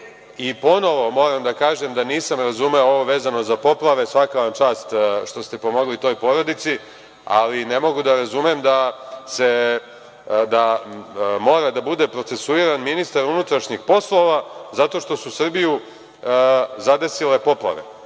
odgovor. Ponovo moram da kažem da nisam razumeo ovo vezano za poplave. Svaka vam čast što ste pomogli toj porodici, ali ne mogu da razumem da mora da bude procesuiran ministar unutrašnjih poslova zato što su Srbiju zadesile poplave.